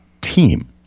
team